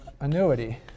annuity